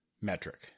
metric